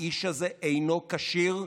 האיש הזה אינו כשיר.